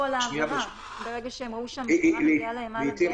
על העבירה ברגע שראו שהמשטרה מגיעה אליהם עד הדלת.